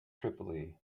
tripoli